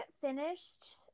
finished